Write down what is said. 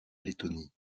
lettonie